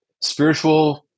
spiritual